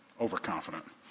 overconfident